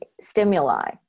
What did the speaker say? stimuli